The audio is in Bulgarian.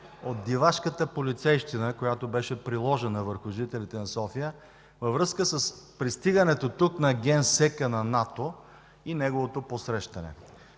от дивашката полицейщина, която беше приложена върху жителите на София във връзка с пристигането тук на генсека на НАТО и неговото посрещане.